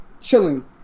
chilling